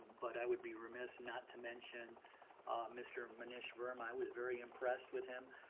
but i would be remiss not to mention mr. monish verma. i was very impressed with him.